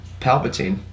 Palpatine